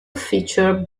feature